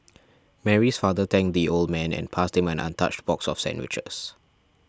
Mary's father thanked the old man and passed him an untouched box of sandwiches